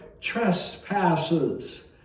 trespasses